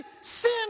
sin